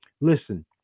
Listen